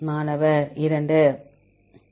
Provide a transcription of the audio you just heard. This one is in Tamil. மாணவர் 2 2